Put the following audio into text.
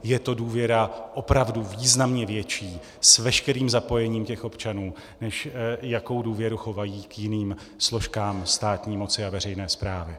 Je to důvěra opravdu významně větší s veškerým zapojením těch občanů, než jakou důvěru chovají k jiným složkám státní moci a veřejné správy.